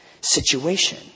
situation